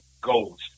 goals